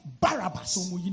Barabbas